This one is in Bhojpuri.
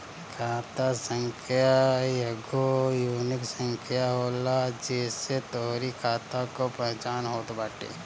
खाता संख्या एगो यूनिक संख्या होला जेसे तोहरी खाता कअ पहचान होत बाटे